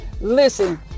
Listen